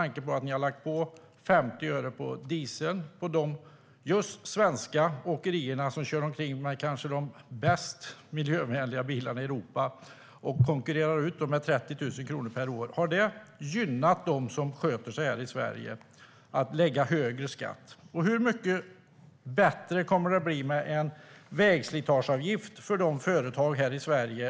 Ni har nämligen lagt på 50 öre på dieseln för just de svenska åkerier som kör omkring med de kanske mest miljövänliga bilarna i Europa, vilket konkurrerar ut dem med 30 000 kronor per år. Har det gynnat dem som sköter sig här i Sverige att ge dem högre skatt? Min andra fråga är hur mycket bättre det kommer att bli med en vägslitageavgift för företagen här i Sverige.